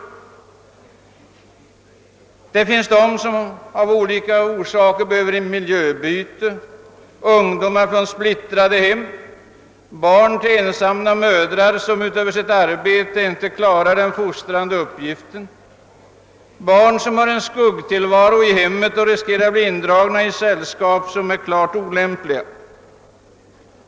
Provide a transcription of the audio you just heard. På skolan finns sålunda elever som av olika skäl behöver miljöbyte — barn till ensamma mödrar som utöver sitt arbete inte klarar den fostrande uppgiften, barn som för en skuggtillvaro i hemmet och riskerar bli indragna i sällskap som är klart olämpliga.